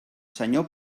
senyor